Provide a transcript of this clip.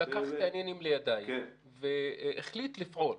הוא לקח את העניינים לידיים והחליט לפעול.